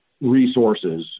resources